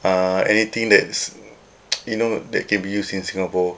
uh anything that's you know that can be used in singapore